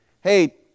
Hey